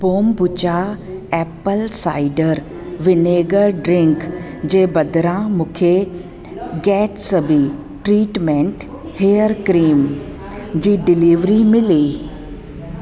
बोम्बुचा apple cider vinegar drink जे बदिरां मूंखे गैट्सबी ट्रीटमेंट हेयर क्रीम जी डिलीवारी मिली